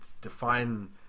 define